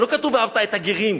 הרי לא כתוב: ואהבת את הגרים.